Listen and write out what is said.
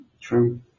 True